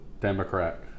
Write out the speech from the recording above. Democrat